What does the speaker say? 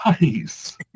Nice